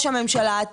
הממשלה.